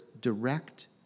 direct